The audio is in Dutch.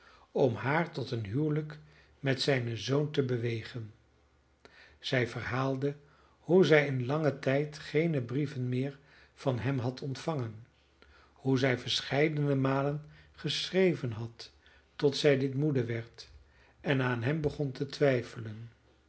om haar tot een huwelijk met zijnen zoon te bewegen zij verhaalde hoe zij in langen tijd geene brieven meer van hem had ontvangen hoe zij verscheidene malen geschreven had tot zij dit moede werd en aan hem begon te twijfelen